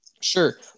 sure